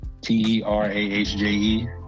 T-E-R-A-H-J-E